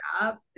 up